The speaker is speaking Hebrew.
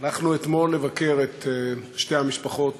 הלכנו אתמול לבקר את שתי המשפחות